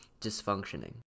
dysfunctioning